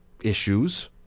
issues